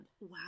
wow